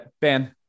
Ben